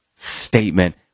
statement